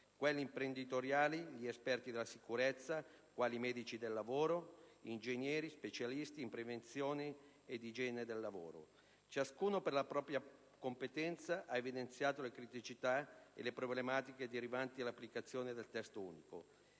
quelle imprenditoriali, gli esperti della sicurezza, quali medici del lavoro, ingegneri, specialisti in prevenzione ed igiene del lavoro. Ciascuno, per la parte di propria competenza, ha evidenziato le criticità e le problematiche derivanti dall'applicazione del Testo unico.